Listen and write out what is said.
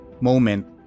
moment